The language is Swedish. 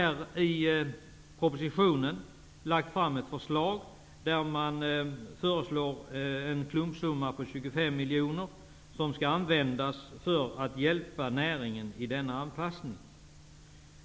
I propositionen har regeringen föreslagit att en klumpsumma på 25 miljoner skall användas för att hjälpa näringen i denna anpassning.